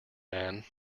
man